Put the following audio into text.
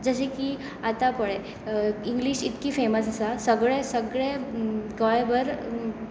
जशें की आतां पळय इंग्लीश इतकी फॅमस आसा सगळें गोंयभर